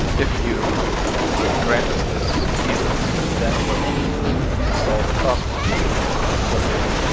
if you grant us this easement, then we'll install the crosswalks. that's not what it is.